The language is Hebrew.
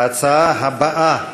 ההצעה הבאה